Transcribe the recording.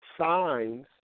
signs